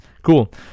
Cool